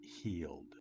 healed